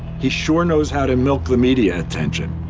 he sure knows how to milk the media attention.